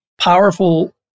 powerful